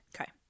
okay